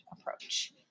approach